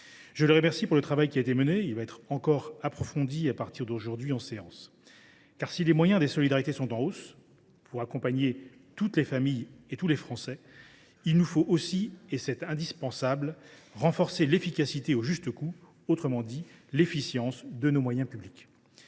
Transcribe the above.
Je les remercie du travail qui a été mené. Celui ci sera encore approfondi à partir d’aujourd’hui dans cet hémicycle. En effet, si les moyens des solidarités sont en hausse pour accompagner toutes les familles et tous les Français, il nous faut aussi – c’est indispensable – renforcer l’efficacité au juste coût, autrement dit l’efficience de nos moyens publics.